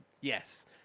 Yes